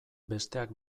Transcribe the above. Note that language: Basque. besteak